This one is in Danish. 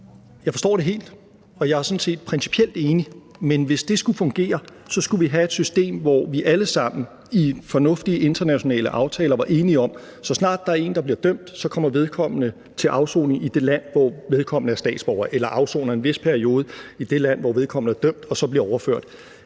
Jeg forstår det helt, og jeg er sådan set principielt enig, men hvis det skulle fungere, skulle vi have et system, hvor vi alle sammen i fornuftige internationale aftaler var enige om, at så snart der er en, der bliver dømt, kommer vedkommende til afsoning i det land, hvor vedkommende er statsborger, eller afsoner en vis periode i det land, hvor vedkommende er dømt, og så bliver overført.